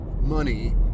money